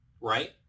right